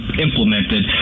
implemented